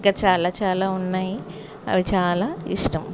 ఇంకా చాలా చాలా ఉన్నాయి అవి చాలా ఇష్టం